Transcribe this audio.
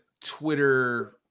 Twitter